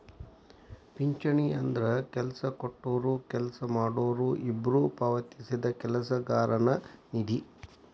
ಪಿಂಚಣಿ ಅಂದ್ರ ಕೆಲ್ಸ ಕೊಟ್ಟೊರು ಕೆಲ್ಸ ಮಾಡೋರು ಇಬ್ಬ್ರು ಪಾವತಿಸಿದ ಕೆಲಸಗಾರನ ನಿಧಿ